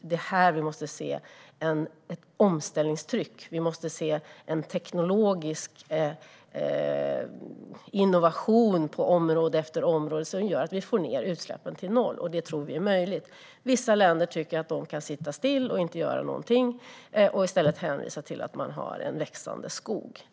Det är här vi måste se ett omställningstryck. Vi måste se en teknologisk innovation på område efter område som gör att vi får ned utsläppen till noll, och det tror vi är möjligt. Vissa länder tycker att de kan sitta still och inte göra någonting utan i stället hänvisa till att man har en växande skog.